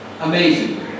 Amazing